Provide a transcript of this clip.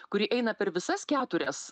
kuri eina per visas keturias